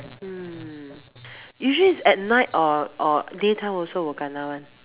mm usually is at night or or day time also will kena [one]